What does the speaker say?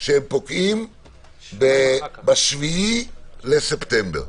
שפוקעים ב-7 בספטמבר.